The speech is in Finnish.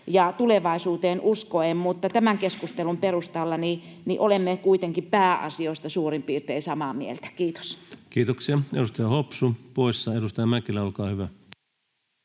ja tulevaisuuteen uskoen, mutta tämän keskustelun perusteella olemme kuitenkin pääasioista suurin piirtein samaa mieltä. — Kiitos. [Speech 77] Speaker: Ensimmäinen varapuhemies